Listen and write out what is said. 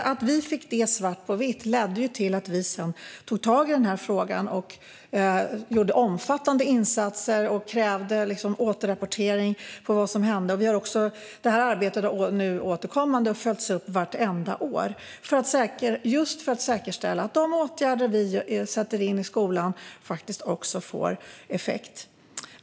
Att vi fick detta svart på vitt ledde till att vi sedan tog tag i denna fråga och gjorde omfattande insatser och krävde återrapportering om vad som hände. Detta arbete har återkommande följts upp varje år just för att det ska säkerställas att de åtgärder som vi sätter in i skolan faktiskt också får effekt.